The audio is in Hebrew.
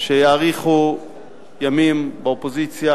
שיאריכו ימים באופוזיציה